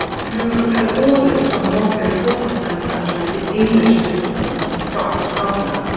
who had ordered from the moscow porcelain manufacturer of the english businessman francis gardner.